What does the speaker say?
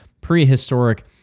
prehistoric